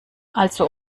also